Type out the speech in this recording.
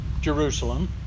Jerusalem